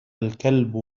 الكلب